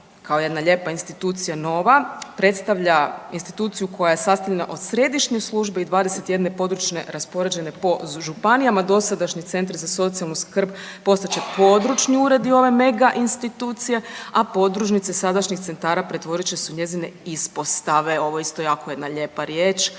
kao jedna lijepa institucija nova predstavlja instituciju koja je sastavljena od središnjih službi i 21 područne raspoređene po županijama. Dosadašnji centri za socijalnu skrb postat će područni uredi ove mega institucije, a podružnice sadašnjih centara pretvorit će se u njezine ispostave. Ovo je isto jako jedna lijepa riječ,